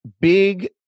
big